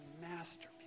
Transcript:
masterpiece